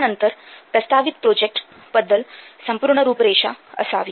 त्यानंतर प्रस्तावित प्रोजेक्ट बद्दल संपूर्ण रूपरेषा असावी